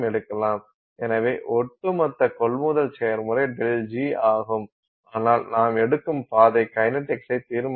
எனவே ஒட்டுமொத்த கொள்முதல் செயல்முறை ΔG ஆகும் ஆனால் நாம் எடுக்கும் பாதை கைனடிக்ஸை தீர்மானிக்கிறது